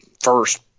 first